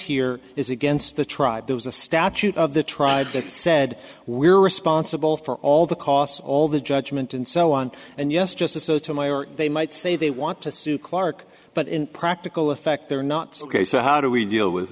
here is against the tribe there was a statute of the tribe that said we're responsible for all the costs all the judgement and so on and yes just a sotomayor they might say they want to sue clark but in practical effect they're not ok so how do we deal with